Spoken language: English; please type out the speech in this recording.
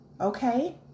Okay